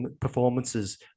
performances